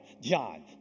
John